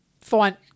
Fine